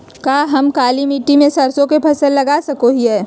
का हम काली मिट्टी में सरसों के फसल लगा सको हीयय?